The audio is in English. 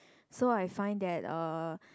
so I find that uh